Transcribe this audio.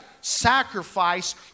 sacrifice